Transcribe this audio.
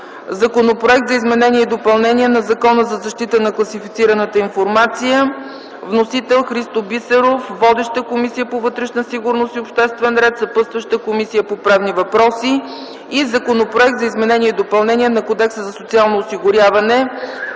Законопроект за изменение и допълнение на Закона за защита на класифицираната информация. Вносител е Христо Бисеров. Водеща е Комисията по вътрешна сигурност и обществен ред. Съпътстваща е Комисията по правни въпроси. Законопроект за изменение и допълнение на Кодекса за социално осигуряване.